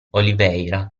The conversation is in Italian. oliveira